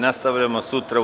Nastavljamo sutra u